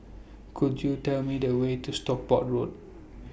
Could YOU Tell Me The Way to Stockport Road